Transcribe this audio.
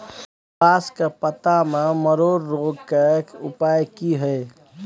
कपास के पत्ता में मरोड़ रोग के उपाय की हय?